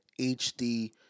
HD